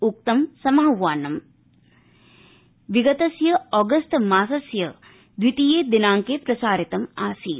उक्त समाह्वानं विगतस्य ऑगस्त मासस्य द्वितीये दिनांके प्रसारितमासीत्